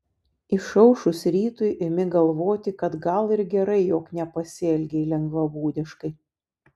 išaušus rytui imi galvoti kad gal ir gerai jog nepasielgei lengvabūdiškai